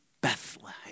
Bethlehem